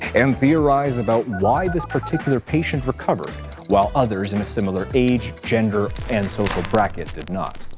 and theorize about why this particular patient recovered while others in a similar age, gender, and social bracket did not.